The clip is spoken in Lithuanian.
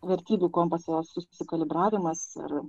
vertybių kompaso su sukalibravimas ar